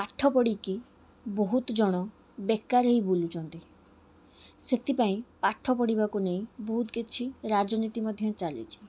ପାଠ ପଢ଼ିକି ବହୁତ ଜଣ ବେକାର ହେଇ ବୁଲୁଛନ୍ତି ସେଥିପାଇଁ ପାଠ ପଢ଼ିବାକୁ ନେଇ ବହୁତ କିଛି ରାଜନୀତି ମଧ୍ୟ ଚାଲିଛି